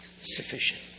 Sufficient